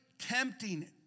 Tempting